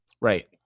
Right